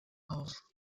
auf